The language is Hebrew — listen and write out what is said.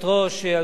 השר מרגי,